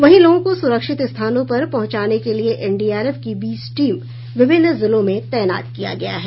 वहीं लोगों को सुरक्षित स्थानों पर पहुंचाने के लिये एनडीआरएफ की बीस टीम विभिन्न जिलों में तैनात किया गया है